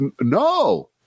no